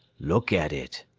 look at it,